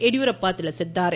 ಯಡಿಯೂರಪ್ಪ ತಿಳಿಸಿದ್ದಾರೆ